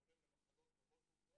גורם למחלות רבות.